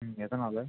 ம் எதனால்